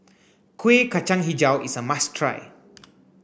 Kuih Kacang Hijau is a must try